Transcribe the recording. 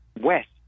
west